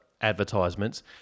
advertisements